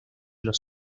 los